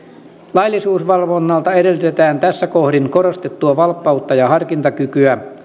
laillisuusvalvonnalta edellytetään tässä kohdin korostettua valppautta ja harkintakykyä